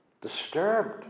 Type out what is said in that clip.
disturbed